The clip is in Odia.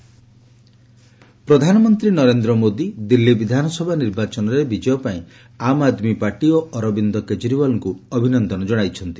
କେଜରିଓାଲ ରିଆକୁନ ପ୍ରଧାନମନ୍ତ୍ରୀ ନରେନ୍ଦ୍ର ମୋଦି ଦିଲ୍ଲୀ ବିଧାନସଭା ନିର୍ବାଚନରେ ବିଜୟ ପାଇଁ ଆମ୍ ଆଦ୍ମୀ ପାର୍ଟି ଓ ଅରବିନ୍ଦ କେଜରିୱାଲଙ୍କୁ ଅଭିନନ୍ଦନ ଜଣାଇଛନ୍ତି